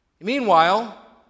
Meanwhile